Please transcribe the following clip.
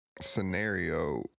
scenario